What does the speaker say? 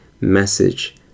message